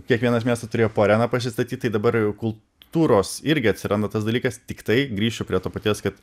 kiekvienas miestas turėjo po areną pasistatyt tai dabar kultūros irgi atsiranda tas dalykas tiktai grįšiu prie to paties kad